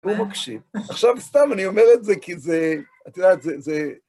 והוא מקשיב. עכשיו סתם, אני אומר את זה כי זה, את יודעת, זה...